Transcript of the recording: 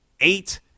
eight